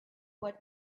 what